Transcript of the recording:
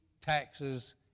taxes